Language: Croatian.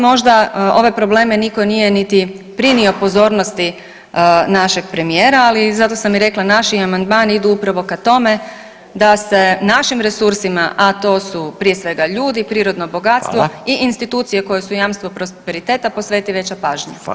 Možda ove probleme nitko nije niti prinio pozornosti našeg premijera, ali zato sam i rekla naši amandmani idu upravo ka tome da se našim resursima, a to su prije svega ljudi, prirodno bogatstvo i institucije koje su jamstvo prosperiteta posveti veća pažnja.